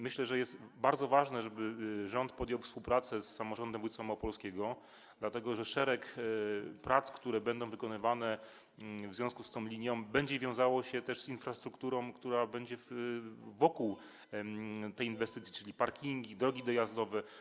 Myślę, że bardzo ważne jest to, żeby rząd podjął współpracę z samorządem województwa małopolskiego, dlatego że szereg prac, które będą wykonywane w związku z tą linią, będzie wiązał się też z infrastrukturą, która będzie wokół tej inwestycji, czyli chodzi o parkingi, drogi dojazdowe.